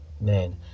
man